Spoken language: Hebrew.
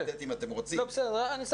אם אתם רוצים, אני יכול לצטט.